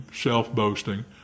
self-boasting